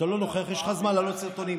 כשאתה לא נוכח יש לך זמן להעלות סרטונים.